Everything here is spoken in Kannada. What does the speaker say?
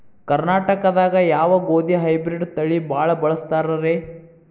ಕರ್ನಾಟಕದಾಗ ಯಾವ ಗೋಧಿ ಹೈಬ್ರಿಡ್ ತಳಿ ಭಾಳ ಬಳಸ್ತಾರ ರೇ?